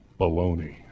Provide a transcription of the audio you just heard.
Baloney